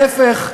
להפך,